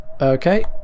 Okay